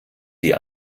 sie